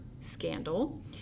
Scandal